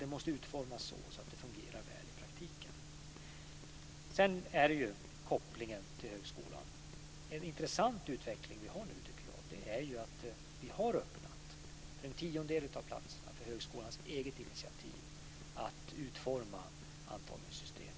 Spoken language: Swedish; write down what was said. De måste dock utformas så att de fungerar väl i praktiken. Vad sedan gäller kopplingen till högskolan tycker jag att vi nu har en intressant utveckling, där vi har öppnat en tiondel av högskolans platser för högskolans eget initiativ att utforma antagningssystem.